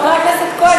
חבר הכנסת כהן.